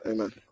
Amen